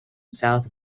south